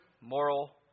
moral